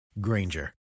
Granger